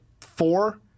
four